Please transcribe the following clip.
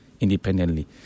independently